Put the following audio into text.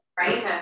Right